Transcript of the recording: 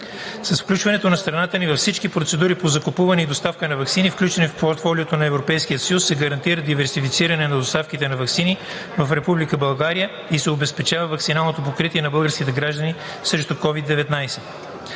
С включването на страната ни във всички процедури по закупуване и доставка на ваксини, включени в портфолиото на Европейския съюз, се гарантира диверсифициране на доставките на ваксини в Република България и се обезпечава ваксиналното покритие на българските граждани срещу COVID-19.